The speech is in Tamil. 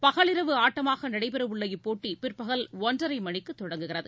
பகலிரவு ஆட்டமாக நடைபெறவுள்ள இப்போட்டி பிற்பகல் ஒன்றரை மணிக்கு தொடங்குகிறது